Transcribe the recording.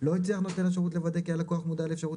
לא הצליח נותן השירות לוודא כי הלקוח מודע לאפשרות